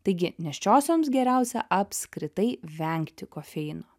taigi nėščiosioms geriausia apskritai vengti kofeino